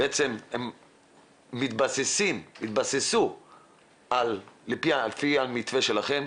בעצם הם התבססו על המתווה שלכם.